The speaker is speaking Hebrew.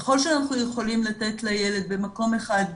ככל שאנחנו יכולים לתת לילד במקום אחד,